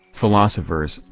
philosophers,